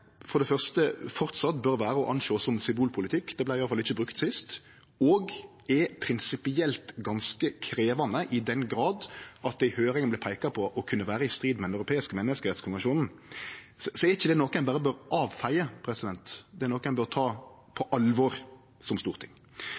for det første framleis må sjåast på som symbolpolitikk – det vart iallfall ikkje brukt sist – og er prinsipielt ganske krevjande, i den grad det i høyringa vart peikt på å kunne vere i strid med den europeiske menneskerettskonvensjonen, er ikkje det noko ein berre bør avfeie. Det er noko ein bør ta på alvor som storting.